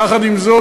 יחד עם זאת,